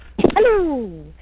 Hello